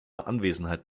anwesenheit